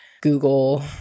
Google